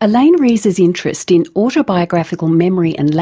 elaine reese's interest in autobiographical memory and